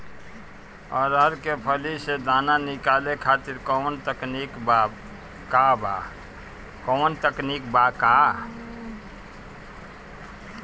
अरहर के फली से दाना निकाले खातिर कवन तकनीक बा का?